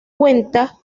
cuenta